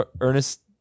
Ernest